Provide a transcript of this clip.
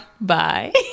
Bye